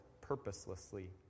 purposelessly